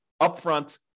upfront